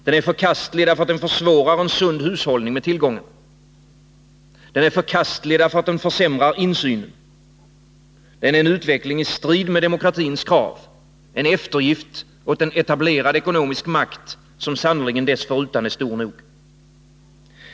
Den är förkastlig därför att den försvårar en sund hushållning med tillgångarna. Den är förkastlig därför att den försämrar insynen. Den är en utveckling i strid med demokratins krav, en eftergift åt en etablerad ekonomisk makt, som sannerligen dessförutan är stor nog.